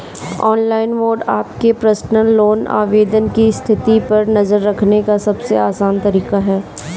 online mode आपके personal loan आवेदन की स्थिति पर नज़र रखने का सबसे आसान तरीका है